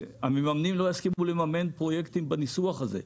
המממנים לא יסכימו לממן פרויקטים בניסוח הזה.